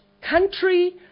country